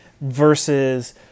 versus